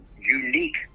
unique